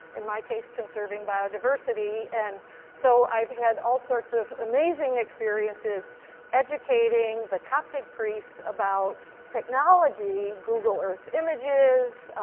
in my case, conserving biodiversity. and so i've had all sorts of amazing experiences educating the coptic priests about technology, google earth images,